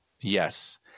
Yes